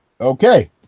okay